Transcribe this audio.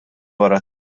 wara